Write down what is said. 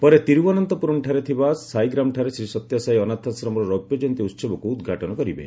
ପରେ ତିରୁବନନ୍ତପୁରମ୍ଠାରେ ଥବବା ସାଇଗ୍ରାମଠାରେ ଶ୍ରୀ ସତ୍ୟସାଇ ଅନାଥାଶ୍ରମର ରୌପ୍ୟ କ୍ୟନ୍ତୀ ଉତ୍ଘାଟନ କରିବେ